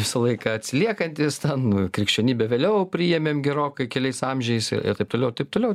visą laiką atsiliekantys ten krikščionybę vėliau priėmėm gerokai keliais amžiais taip toliau ir taip toliau